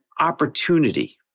opportunity